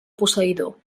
posseïdor